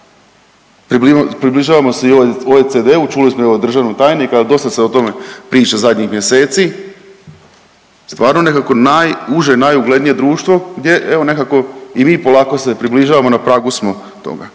Približavamo se i OECD-u čuli smo evo i državnog tajnika, dosta se o tome priča zadnjih mjeseci. Stvarno nekako najuže, najuglednije društvo gdje evo nekako i mi polako se približavamo, na pragu smo toga.